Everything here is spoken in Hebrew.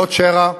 לא צ'רה,